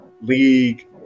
league